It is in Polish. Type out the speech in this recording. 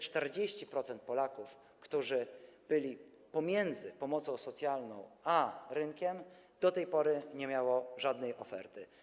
40% Polaków, którzy byli pomiędzy pomocą socjalną a rynkiem, do tej pory nie otrzymało żadnej oferty.